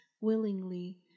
willingly